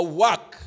work